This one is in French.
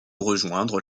rejoindre